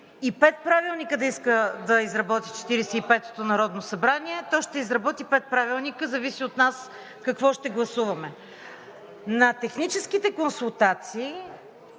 пет правилника да иска да изработи 45-ото народно събрание, то ще изработи пет правилника, зависи от нас какво ще гласуваме. На техническите консултации